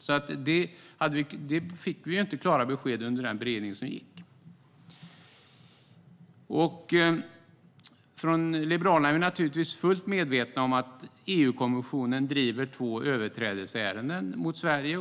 Vi fick inte klara besked om det under den beredning som pågick. Liberalerna är naturligtvis fullt medvetna om att EU-kommissionen driver två överträdelseärenden mot Sverige.